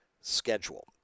schedule